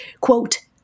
Quote